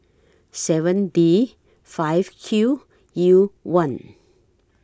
seven D five Q U one